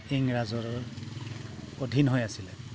ইংৰাজৰ অধীন হৈ আছিলে